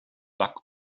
bug